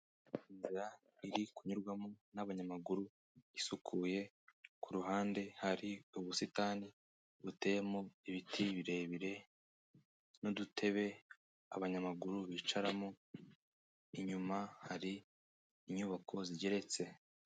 lnzira iri kunyurwamo n'abanyamaguru isukuye, ku ruhande hari ubusitani buteyemo ibiti birebire n'udutebe abanyamaguru bicaramo, inyuma hari inyubako zigeretse.